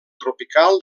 tropical